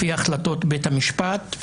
לפי החלטות בית המשפט,